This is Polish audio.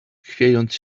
chwiejąc